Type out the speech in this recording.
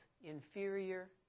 inferior